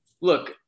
look